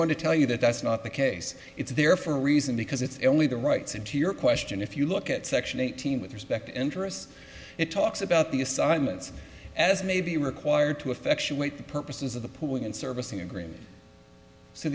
going to tell you that that's not the case it's there for a reason because it's only the rights into your question if you look at section eighteen with respect interest it talks about the assignments as may be required to effectuate the purposes of the pooling and servicing agreement